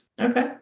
Okay